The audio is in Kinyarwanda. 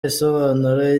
asobanura